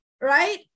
right